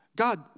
God